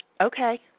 okay